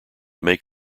make